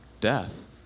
death